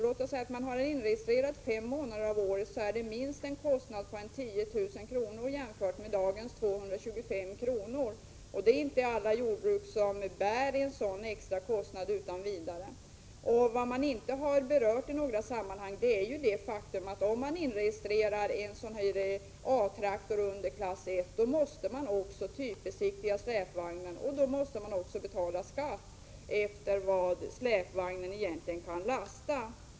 Låt oss säga att man har en traktor inregistrerad fem 10 december 1986 månader per år. Då blir det kostnader på minst 10 000 kr. jämfört med dagens 225 kr. Alla jordbrukare kan inte utan vidare bära en sådan extrakostnad. Man har inte i något sammanhang berört det faktum att om man inregistrerar A-traktorer under klass I, måste man också typbesiktiga släpvagnen och betala skatt efter vad släpvagnen kan bära.